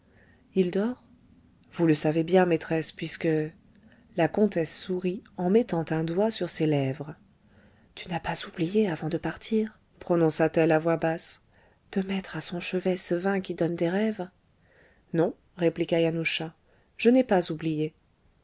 il dort vous le savez bien maîtresse puisque la comtesse sourit en mettant un doigt sur ses lèvres tu n'as pas oublié avant de partir prononça t elle à voix basse de mettre à son chevet ce vin qui donne des rêves non répliqua yanusza je n'ai pas oublié